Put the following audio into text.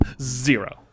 Zero